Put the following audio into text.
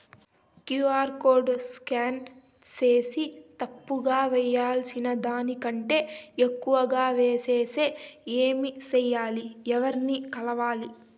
QR code scan సేసి తప్పు గా వేయాల్సిన దానికంటే ఎక్కువగా వేసెస్తే ఏమి సెయ్యాలి? ఎవర్ని కలవాలి?